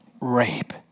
rape